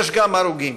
יש גם הרוגים.